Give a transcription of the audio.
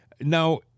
Now